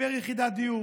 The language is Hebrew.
פר יחידת דיור,